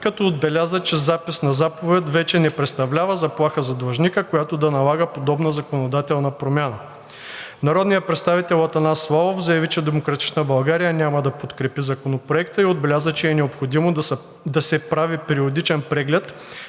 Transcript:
като отбеляза, че записа на заповед вече не представлява заплаха за длъжника, която да налага подобна законодателна промяна. Народният представител Атанас Славов заяви, че „Демократична България“ няма да подкрепи Законопроекта и отбеляза, че е необходимо да се прави периодичен преглед